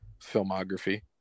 filmography